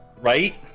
Right